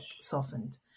softened